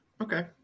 Okay